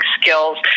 skills